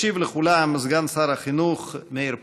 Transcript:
ישיב לכולם סגן שר החינוך מאיר פרוש.